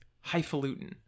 Highfalutin